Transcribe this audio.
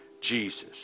Jesus